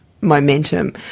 momentum